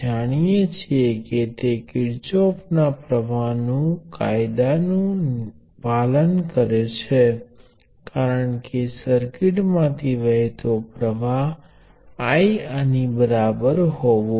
તેથી અમે short circuit ની પ્રકૃતિ પર ધ્યાન આપીશું જે ખરેખર તદ્દન નજીવી છે પરંતુ અમે હજી પણ તે જોયું